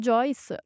Joyce